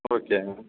okay